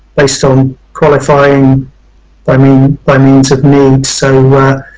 based on qualifying i mean by means of need. so